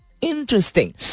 Interesting